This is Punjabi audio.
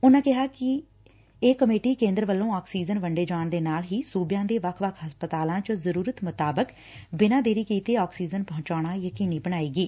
ਉਨਾਂ ਇਹ ਵੀ ਕਿਹਾ ਕਿ ਇਹ ਕਮੇਟੀ ਕੇਂਦਰ ਵੱਲੋਂ ਆਕਸੀਜਨ ਵੰਡੇ ਜਾਣ ਦੇ ਨਾਲ ਹੀ ਸੂਬਿਆਂ ਦੇ ਵੱਖ ਵੱਖ ਹਸਪਤਾਲਾਂ ਚ ਜ਼ਰੂਰਤ ਮੁਤਾਬਿਕ ਬਿਨਾਂ ਦੇਰੀ ਆਕਸੀਜਨ ਪਹੁੰਚਾਣਾ ਯਕੀਨੀ ਬਣਾਏਗੀ